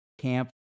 camp